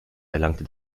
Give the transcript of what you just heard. erlangte